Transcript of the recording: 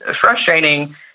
frustrating